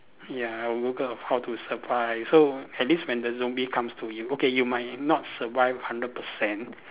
ya I'll Google how to survive so at least when the zombie comes to you okay you might not survive hundred percent